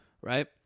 Right